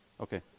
okay